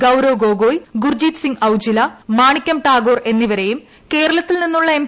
ഗൌരവ് ഗൌഗോ്യി ഗുർജീത് സിംഗ് ഔജില മാണിക്കം ടാഗോർ എന്നിവരെയും കേരളത്തിൽ നിന്നുള്ള എം